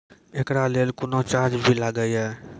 एकरा लेल कुनो चार्ज भी लागैये?